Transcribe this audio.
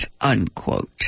unquote